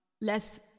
less